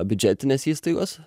biudžetinės įstaigos